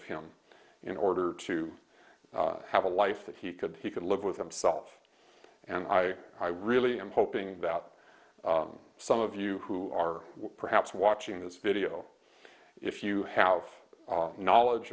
of him in order to have a life that he could he could live with himself and i i really am hoping that some of you who are perhaps watching this video if you have knowledge